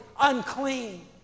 unclean